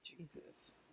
Jesus